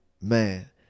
man